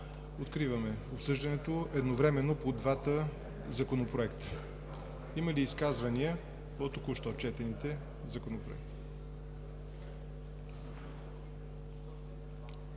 Откривам обсъждането едновременно по двата законопроекта. Има ли изказвания по току-що представените законопроекти?